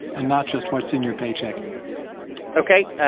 and not just what's in your paycheck ok.